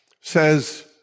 says